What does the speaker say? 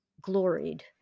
gloried